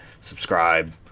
subscribe